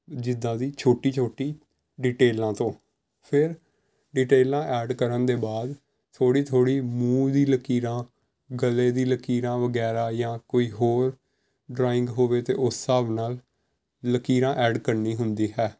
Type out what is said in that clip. ਜਿੱਦਾਂ ਦੀ ਛੋਟੀ ਛੋਟੀ ਡਿਟੇਲਾਂ ਤੋਂ ਫਿਰ ਡਿਟੇਲਾਂ ਐਡ ਕਰਨ ਦੇ ਬਾਅਦ ਥੋੜ੍ਹੀ ਥੋੜ੍ਹੀ ਮੂੰਹ ਦੀ ਲਕੀਰਾਂ ਗਲੇ ਦੀ ਲਕੀਰਾਂ ਵਗੈਰਾ ਜਾਂ ਕੋਈ ਹੋਰ ਡਰਾਇੰਗ ਹੋਵੇ ਤਾਂ ਉਸ ਹਿਸਾਬ ਨਾਲ ਲਕੀਰਾਂ ਐਡ ਕਰਨੀ ਹੁੰਦੀ ਹੈ